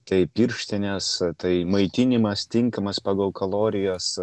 tai pirštinės tai maitinimas tinkamas pagal kalorijos